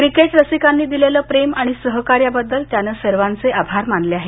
cricket रसिकांनी दिलेलं प्रेम आणि सहकार्याबद्दल त्यानं सर्वांचे आभार मानले आहेत